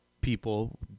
people